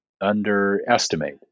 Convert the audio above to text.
underestimate